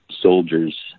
soldiers